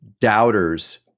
doubters